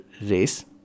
race